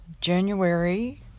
January